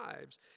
lives